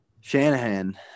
Shanahan